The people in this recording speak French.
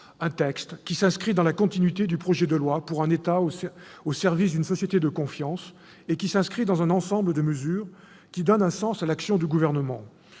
un texte qui s'inscrit dans la continuité du projet de loi pour un État au service d'une société de confiance et dans un ensemble de mesures qui donnent un sens à l'action du Gouvernement.